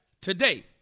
today